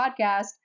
Podcast